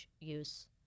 use